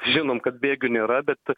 žinom kad bėgių nėra bet